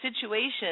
situation